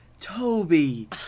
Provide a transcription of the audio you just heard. Toby